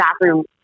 bathroom